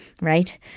Right